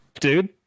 dude